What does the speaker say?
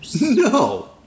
No